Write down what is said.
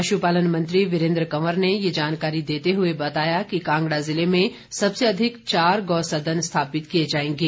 पशुपालन मंत्री वीरेन्द्र कंवर ने ये जानकारी देते हुए कहा कि कांगड़ा जिले में सबसे अधिक चार गौ सदन स्थापित किए जाएंगे